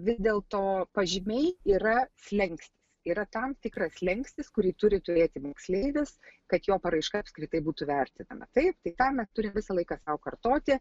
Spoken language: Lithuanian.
vis dėl to pažymiai yra slenkstis yra tam tikra slenkstis kurį turi turėti moksleivis kad jo paraiška apskritai būtų vertinama taip tai tą mes turim visą laiką sau kartoti